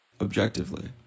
objectively